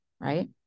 right